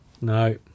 No